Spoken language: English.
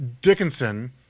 Dickinson